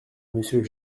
monsieur